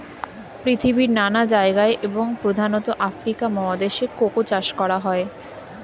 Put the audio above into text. পৃথিবীর নানা জায়গায় এবং প্রধানত আফ্রিকা মহাদেশে কোকো চাষ করা হয়